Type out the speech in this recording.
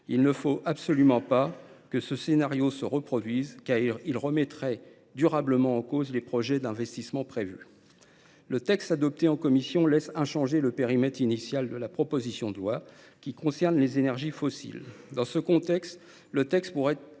Il ne faut absolument pas que ce scénario se reproduise, car cela remettrait durablement en cause les projets d’investissements prévus. Le texte adopté en commission laisse inchangé le périmètre initial de la proposition de loi, qui concerne les énergies fossiles. Dans ce contexte, il pourrait